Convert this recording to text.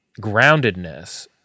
groundedness